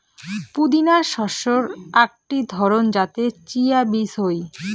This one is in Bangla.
পুদিনা শস্যের আকটি ধরণ যাতে চিয়া বীজ হই